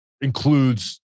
includes